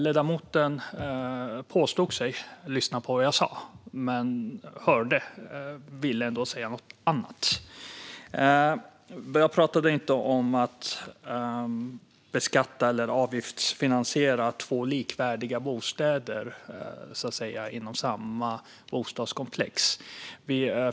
Ledamoten påstod sig lyssna på vad jag sa men hörde ändå något annat. Jag pratade inte om att beskatta eller avgiftsfinansiera två likvärdiga bostäder, så att säga, inom samma bostadskomplex.